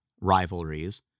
rivalries